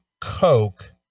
coke